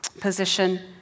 position